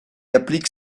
applique